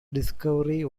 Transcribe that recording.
discovery